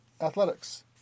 athletics